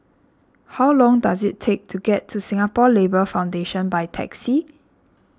how long does it take to get to Singapore Labour Foundation by taxi